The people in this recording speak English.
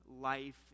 life